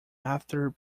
after